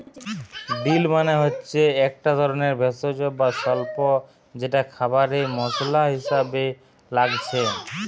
deal মানে হচ্ছে একটা ধরণের ভেষজ বা স্বল্প যেটা খাবারে মসলা হিসাবে লাগছে